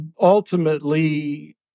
ultimately